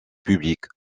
public